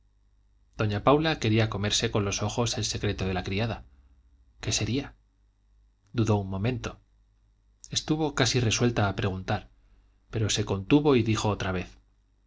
doña paula quería comerse con los ojos el secreto de la criada qué sería dudó un momento estuvo casi resuelta a preguntar pero se contuvo y dijo otra vez